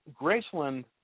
Graceland